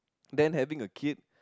then having a kid